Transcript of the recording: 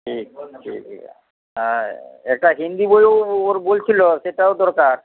ঠিক ঠিক হ্যাঁ একটা হিন্দি বইও ওর বলছিল সেটাও দরকার